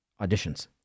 auditions